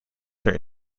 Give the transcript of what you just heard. their